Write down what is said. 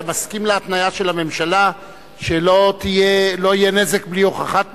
אתה מסכים להתניה של הממשלה שלא יהיה נזק בלי הוכחת נזק?